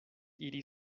iri